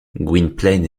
gwynplaine